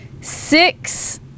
six